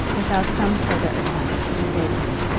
without some further attempt to save him.